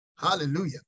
Hallelujah